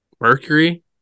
Mercury